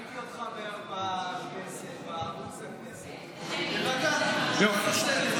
ראיתי אותך בערוץ הכנסת, תירגע, הכול בסדר.